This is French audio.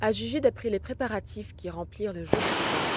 a juger d'après les préparatifs qui remplirent le jour suivant